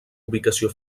ubicació